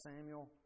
Samuel